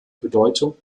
bedeutung